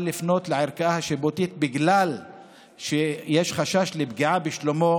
לפנות לערכאה השיפוטית בגלל שיש חשש לפגיעה בשלומו